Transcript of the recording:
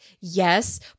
Yes